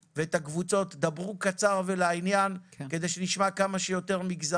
דברו קצר ולעניין כדי שנשמע את כולם.